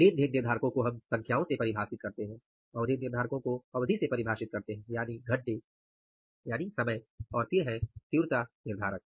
लेन देन निर्धारकों को हम संख्याओं में परिभाषित करते हैं अवधि निर्धारकों को अवधि से परिभाषित करते हैं यानि घंटे व् समय और तीव्रता निर्धारक